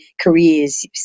careers